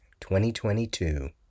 2022